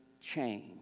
change